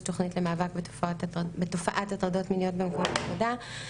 תוכנית למאבק בתופעת הטרדות מיניות במקומות עבודה.